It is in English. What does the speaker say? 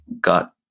got